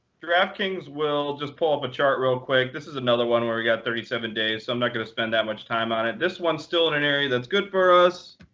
draftkings will just pull up a chart real quick. this is another one where we've got thirty seven days. so i'm not going to spend that much time on it. this one is still in an area that's good for us.